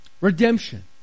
Redemption